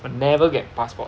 will never get passport